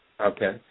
Okay